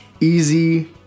easy